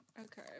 Okay